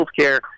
healthcare